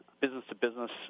business-to-business